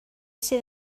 sydd